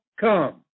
come